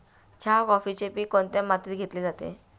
चहा, कॉफीचे पीक कोणत्या मातीत घेतले जाते?